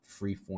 freeform